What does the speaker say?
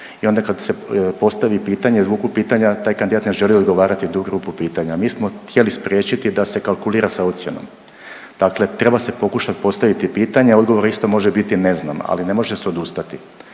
I onda kad se postavi pitanje izvuku pitanja taj kandidat ne želi odgovarati tu grupu pitanja. Mi smo htjeli spriječiti da se kalkulira s ocjenom, dakle treba se pokušati postaviti pitanje, a odgovor isto može biti ne znam, ali ne može se odustati.